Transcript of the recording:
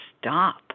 stop